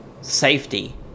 safety